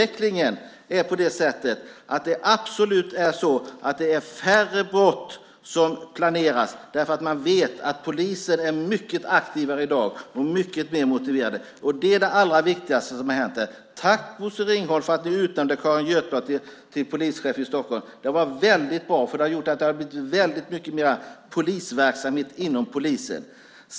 Men när det gäller brottsutvecklingen är det absolut färre brott som planeras därför att man vet att polisen är mycket aktivare i dag och mycket mer motiverad. Det är det allra viktigaste som har hänt. Tack, Bosse Ringholm, för att ni utnämnde Carin Götblad till länspolismästare i Stockholm. Det var väldigt bra, för det har gjort att det har blivit väldigt mycket mer polisverksamhet inom polisen.